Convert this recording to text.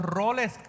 roles